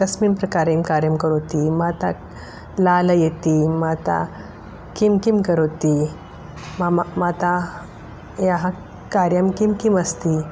कस्मिन् प्रकारेण कार्यं करोति माता लालयति माता किं किं करोति मम माता याः कार्यं किं किम् अस्ति